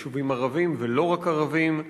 יישובים ערביים ולא רק ערביים.